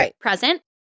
present